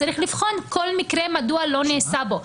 צריך לבחון כל מקרה מדוע לא נעשה בו.